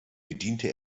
bediente